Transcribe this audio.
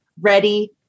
ready